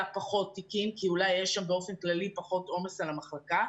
פחות תיקים כי אולי יש שם באופן כללי פחות עומס על המחלקה,